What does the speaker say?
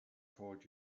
told